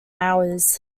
hours